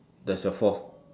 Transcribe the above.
that's your fourth